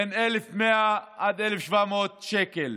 ב-1,100 עד 1,700 שקל.